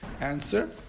Answer